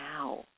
now